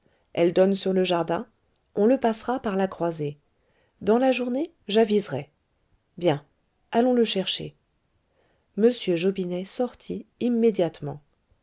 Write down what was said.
elle donne sur le jardin on le passera par la croisée dans la journée j'aviserai bien allons le chercher m jobinet sortit immédiatement